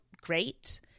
great